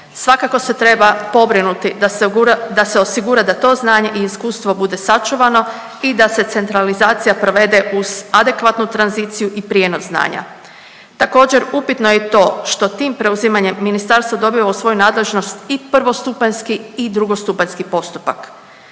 Svakako se treba pobrinuti da se osigura da to znanje i iskustvo bude sačuvano i da se centralizacija provede uz adekvatna tranziciju i prijenos znanja. Također, upitno je i to što tim preuzimanjem ministarstvo dobiva u svoju nadležnost i prvostupanjski i drugostupanjski postupak.